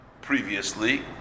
previously